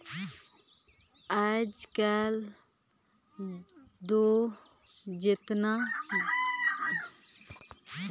आएज काएल दो जिते देखबे उते मइनसे मन बस लूटपाट में लगिन अहे